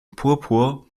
purpur